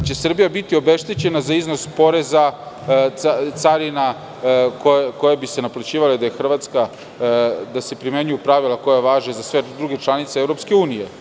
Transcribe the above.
Hoće li Srbija biti obeštećena za iznos poreza, carina koje bi se naplaćivale da se primenjuju pravila koja važe za sve druge članice EU?